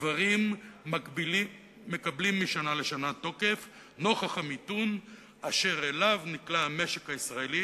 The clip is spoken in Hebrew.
הדברים מקבלים משנה תוקף נוכח המיתון שהמשק הישראלי